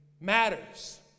matters